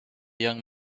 young